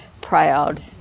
proud